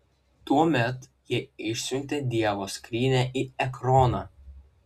tuomet jie išsiuntė dievo skrynią į ekroną